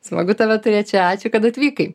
smagu tave turėt čia ačiū kad atvykai